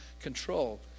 control